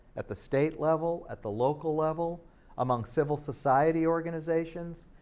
at the state level, at the local level among civil society organizations.